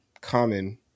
common